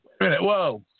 Whoa